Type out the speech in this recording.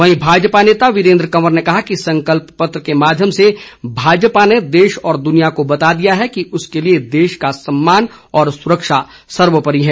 वहीं भाजपा नेता वीरेंद्र कवंर ने कहा कि संकल्प पत्र के माध्यम से भाजपा ने देश और दुनिया को बता दिया है कि उसके लिए देश का सम्मान और सुरक्षा सर्वोपरी है